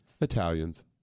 Italians